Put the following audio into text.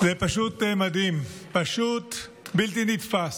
זה פשוט מדהים, פשוט בלתי נתפס,